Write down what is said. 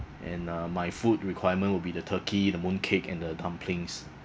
and uh my food requirement will be the turkey the mooncake and the dumplings